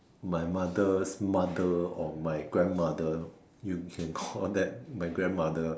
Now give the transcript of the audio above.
my mother's mother or my grandmother you can call that my grandmother